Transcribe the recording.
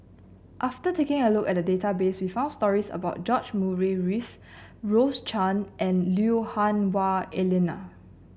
after taking a look at the database we found stories about George Murray Reith Rose Chan and Lui Hah Wah Elena